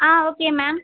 ah okay ma'am